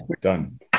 Done